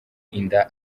inda